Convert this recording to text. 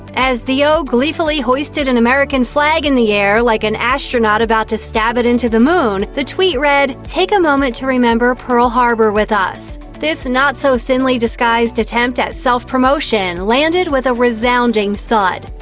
as theo gleefully hoisted an american flag in the air like an astronaut about to stab it into the moon, the tweet read, take a moment to remember pearlharbor with us. this not-so-thinly-disguised attempt at self-promotion landed with a resounding thud.